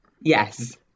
Yes